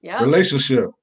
relationship